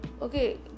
Okay